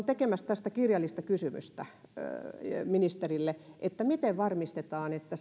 tekemässä tästä kirjallista kysymystä ministerille miten varmistetaan että